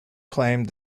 claimed